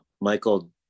Michael